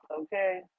Okay